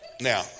Now